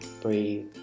Breathe